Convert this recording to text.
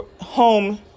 home